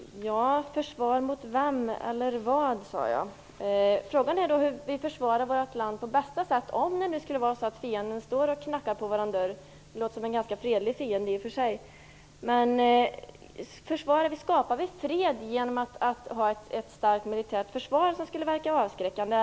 Fru talman! Försvar mot vem eller vad?, sade jag. Frågan är hur vi på bästa sätt försvarar vårt land om det skulle vara så att fienden står och knackar på vår dörr. Det låter i och för sig som en ganska fredlig fiende. Skapar vi fred genom att ha ett starkt militärt försvar som skulle verka avskräckande?